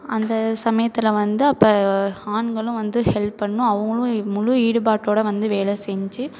அந்த சமயத்தில் வந்து அப்போ ஆண்களும் வந்து ஹெல்ப் பண்ணணும் அவங்களும் முழு ஈடுபாட்டோடு வந்து வேலை செஞ்சு